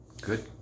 Good